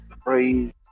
praise